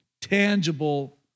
tangible